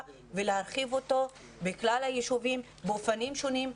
ולהרחיב אותו בכלל הישובים באופנים שונים,